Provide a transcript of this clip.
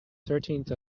thirteenth